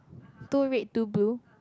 two red two blue